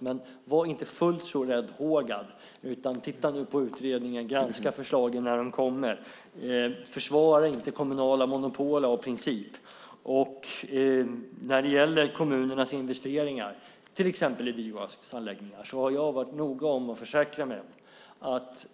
Men var inte fullt så räddhågad! Titta nu på utredningen och granska förslagen när de kommer! Försvara inte kommunala monopol av princip. När det gäller kommunernas investeringar till exempel i biogasanläggningar har jag varit noga med att försäkra mig om att